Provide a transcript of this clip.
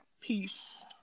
Peace